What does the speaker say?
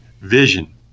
vision